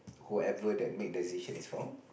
whoever that made the decision is from